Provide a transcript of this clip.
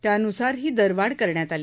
त्यानुसार ही दरवाढ करण्यात आली